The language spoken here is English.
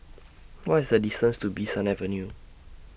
What IS The distance to Bee San Avenue